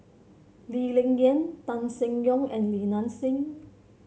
Lee Ling Yen Tan Seng Yong and Li Nanxing